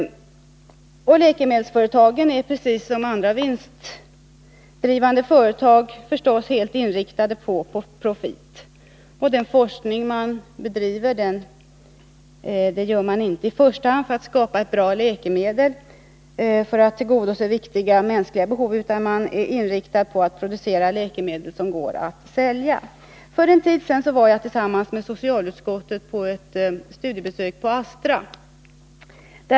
Läkemedelsföretagen, precis som andra vinstdrivande företag, är förstås helt inriktade på profit. Och den forskning som bedrivs har inte i första hand till syfte att skapa ett bra läkemedel eller tillgodose viktiga mänskliga behov, utan företagen är inriktade på att producera läkemedel som går att sälja. För en tid sedan var jag tillsammans med socialutskottet på ett studiebesök på Astra.